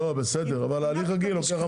לא, בסדר, אבל הליך רגיל נמשך המון זמן.